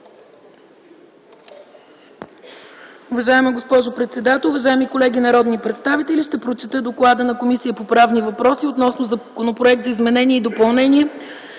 Уважаема госпожо председател, уважаеми колеги народни представители, ще прочета доклада на Комисията по правни въпроси относно Законопроект за изменение и допълнение